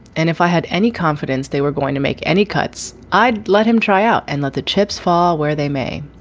and if i had any confidence they were going to make any cuts, i'd let him try out and let the chips fall where they may.